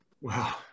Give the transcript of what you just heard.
Wow